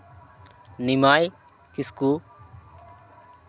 ᱱᱤᱢᱟᱭ ᱠᱤᱥᱠᱩ